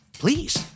please